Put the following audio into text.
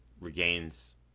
regains